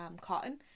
cotton